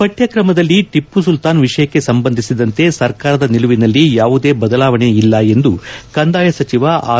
ಪತ್ನ ಕ್ರಮದಲ್ಲಿ ಟಪ್ಪು ಸುಲ್ಕಾನ್ ವಿಷಯಕ್ಕೆ ಸಂಬಂಧಿಸಿದಂತೆ ಸರ್ಕಾರದ ನಿಲುವಿನಲ್ಲಿ ಯಾವುದೇ ಬದಲಾವಣೆ ಇಲ್ಲ ಎಂದು ಕಂದಾಯ ಸಚಿವ ಆರ್